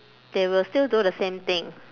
they will still do the same thing